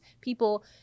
people